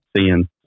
seeing